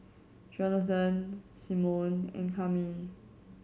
Johnathon Simone and Cami